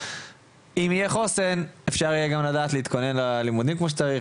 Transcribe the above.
אם יהיה חוסן אפשר יהיה גם לדעת להתכונן ללימודים כמו שצריך,